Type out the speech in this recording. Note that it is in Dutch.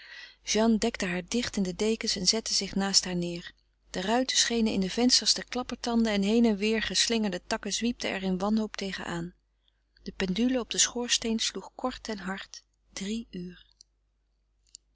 jeanne dekte haar dicht in de dekens en zette zich naast haar neêr de ruiten schenen in de vensters te klappertanden en heen en weêr geslingerde takken zwiepten er in wanhoop tegen aan de pendule op den schoorsteen sloeg kort en hard drie uur